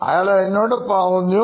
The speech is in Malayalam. അയാൾ എന്നോട് പറഞ്ഞു